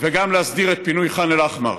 וגם להסדיר את פינוי ח'אן אל-אחמר.